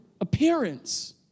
appearance